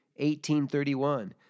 18.31